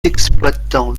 exploitants